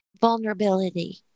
vulnerability